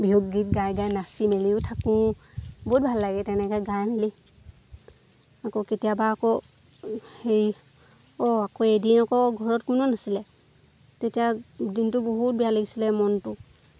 বিহু গীত গাই গাই নাচি মেলিও থাকোঁ বহুত ভাল লাগে তেনেকৈ গাই মেলি আকৌ কেতিয়াবা আকৌ হেৰি অঁ আকৌ এদিন আকৌ ঘৰত কোনো নাছিলে তেতিয়া দিনটো বহুত বেয়া লাগিছিলে মনটো